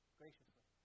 graciously